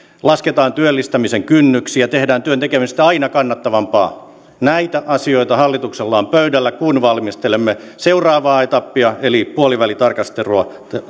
lasketaan työllistämisen kynnyksiä tehdään työn tekemisestä aina kannattavampaa näitä asioita hallituksella on pöydällä kun valmistelemme seuraavaa etappia eli puolivälitarkastelua